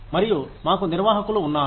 మరియు మాకు నిర్వాహకులు ఉన్నారు